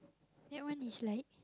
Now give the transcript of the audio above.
that one is like